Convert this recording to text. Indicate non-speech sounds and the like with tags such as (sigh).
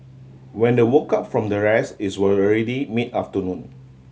when the woke up from the rest it's were (unintelligible) already mid afternoon